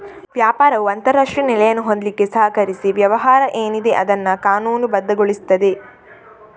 ವ್ಯಾಪಾರವು ಅಂತಾರಾಷ್ಟ್ರೀಯ ನೆಲೆಯನ್ನು ಹೊಂದ್ಲಿಕ್ಕೆ ಸಹಕರಿಸಿ ವ್ಯವಹಾರ ಏನಿದೆ ಅದನ್ನ ಕಾನೂನುಬದ್ಧಗೊಳಿಸ್ತದೆ